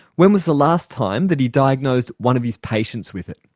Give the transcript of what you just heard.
when was the last time that he diagnosed one of his patients with it?